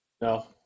No